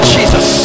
Jesus